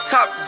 Top